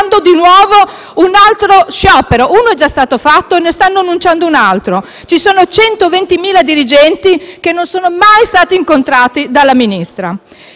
annunciando un altro sciopero; uno è già stato fatto e ne stanno preparando un altro. Ci sono 120.000 dirigenti che non sono mai stati incontrati dalla Ministra.